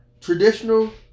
traditional